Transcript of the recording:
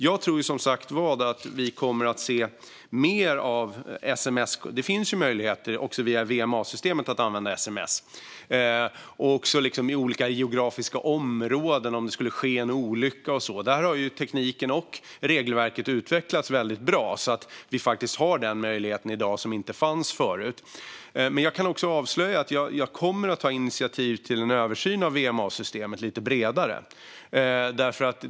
Jag tror, som sagt, att vi kommer att se mer av sms. Det finns också möjligheter via VMA-systemet att använda sms. Det kan göras i olika geografiska områden, om det skulle ske en olycka eller så. Tekniken och regelverket har utvecklats väldigt bra, så att vi faktiskt har en möjlighet i dag som inte fanns förut. Men jag kan avslöja att jag kommer att ta initiativ till en lite bredare översyn av VMA-systemet.